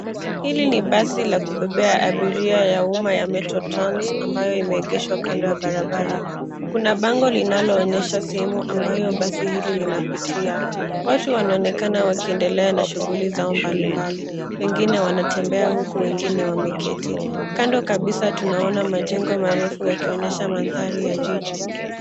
Hili ni basi la kubebea abiria ya umma ya metro trans ambayo imeegeshwa kando ya barabara. Kuna bango linaloonyesha sehemu ambayo basi hili linapitia. Watu wanaonekana wakiendelea na shughuli zao mbalimbali, wengine wanatembea huku wengine wameketi. Kando kabisa tunaona majengo marefu yakionyesha mandhari ya jiji.